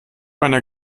einer